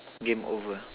game over